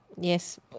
yes